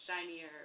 shinier